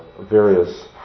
various